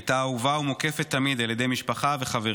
הייתה אהובה ומוקפת תמיד על ידי משפחה וחברים.